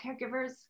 caregivers